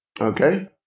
Okay